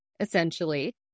Essentially